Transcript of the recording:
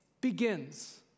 begins